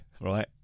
right